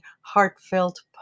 heartfelt